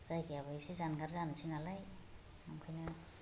जायगायाबो एसे जानगार जानोसै नालाय नंखायनो